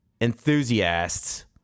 enthusiasts